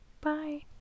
bye